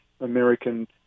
American